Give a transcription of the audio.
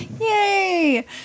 Yay